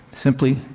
simply